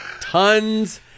Tons